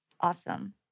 Awesome